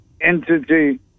entity